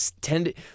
tended